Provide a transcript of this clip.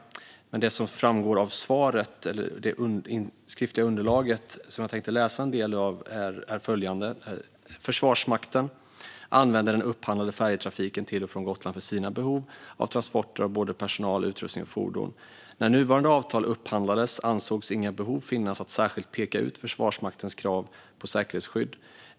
Av det skriftliga underlaget framgår följande: Försvarsmakten använder den upphandlade färjetrafiken till och från Gotland för sina behov av transporter av både personal, utrustning och fordon. När nuvarande avtal upphandlades ansågs inga behov finnas att särskilt peka ut Försvarsmaktens krav på säkerhetsskydd.